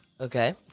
Okay